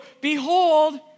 behold